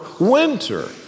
winter